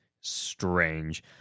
strange